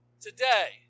today